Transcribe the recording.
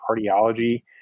cardiology